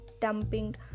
dumping